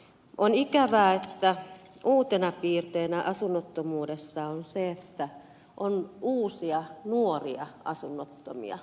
on ikävää että uutena piirteenä asunnottomuudessa on se että on uusia nuoria asunnottomia